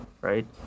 right